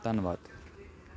ਧੰਨਵਾਦ